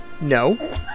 No